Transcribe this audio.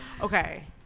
Okay